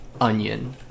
onion